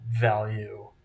value